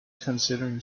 considering